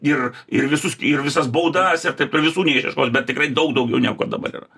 ir ir visus ir visas baudas ir taip toliau visų neišieškos bet tikrai daug daugiau negu kad dabar yra